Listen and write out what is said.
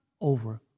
over